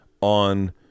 on